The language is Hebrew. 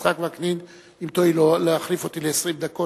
יצחק וקנין, אם תואיל להחליף אותי ל-20 דקות?